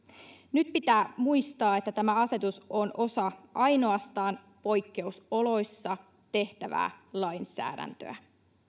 nyt pitää muistaa että tämä asetus on osa ainoastaan poikkeusoloissa tehtävää lainsäädäntöä